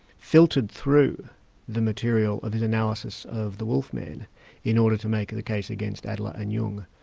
filtered through the material of his analysis of the wolf man in order to make it a case against adler and jung,